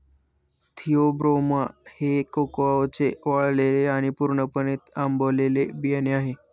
Theobroma हे कोकाओचे वाळलेले आणि पूर्णपणे आंबवलेले बियाणे आहे